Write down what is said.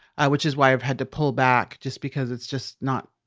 ah which is why i've had to pull back just because it's just not